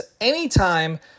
anytime